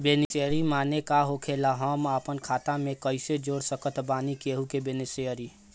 Beneficiary माने का होखेला और हम आपन खाता मे कैसे जोड़ सकत बानी केहु के बेनीफिसियरी?